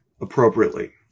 appropriately